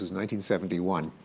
this seventy one.